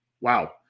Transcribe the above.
Wow